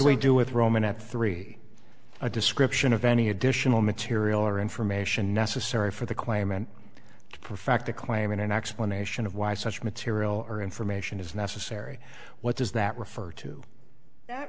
what we do with roman at three a description of any additional material or information necessary for the claimant perfect acquiring an explanation of why such material or information is necessary what does that refer to that